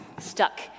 stuck